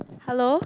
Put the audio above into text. hello